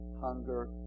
hunger